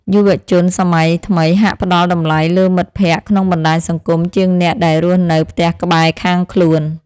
យុវជនសម័យថ្មីហាក់ផ្តល់តម្លៃលើមិត្តភក្តិក្នុងបណ្តាញសង្គមជាងអ្នកដែលរស់នៅផ្ទះក្បែរខាងខ្លួន។